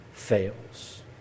fails